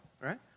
right